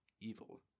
evil